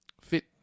Fit